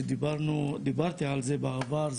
שדיברתי על זה בעבר,